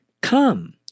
Come